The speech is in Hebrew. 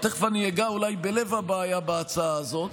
ותכף אני אגע אולי בלב הבעיה בהצעה הזאת,